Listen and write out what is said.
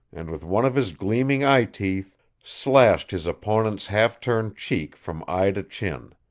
and with one of his gleaming eyeteeth slashed his opponent's halfturned cheek from eye to chin.